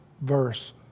verse